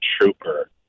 trooper